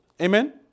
Amen